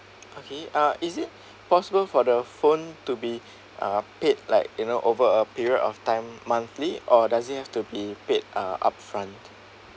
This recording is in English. okay uh is it possible for the phone to be uh paid like you know over a period of time monthly or does it have to be paid uh upfront